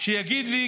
שיגיד לי,